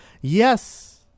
Yes